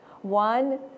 One